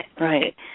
right